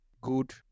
good